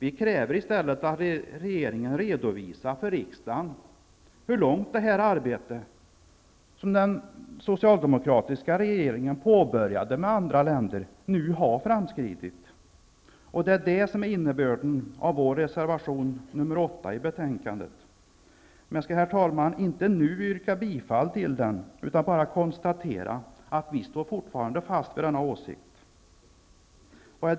Vi kräver i stället att regeringen redovisar för riksdagen hur långt det arbete som den socialdemokratiska regeringen påbörjade med andra länder har framskridit. Detta är innebörden i vår reservation nr 8 till betänkandet. Men, herr talman, jag skall inte yrka bifall till den nu, utan bara konstatera att vi fortfarande står fast vid denna åsikt.